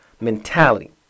mentality